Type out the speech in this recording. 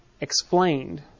explained